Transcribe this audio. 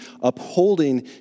upholding